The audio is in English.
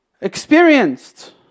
experienced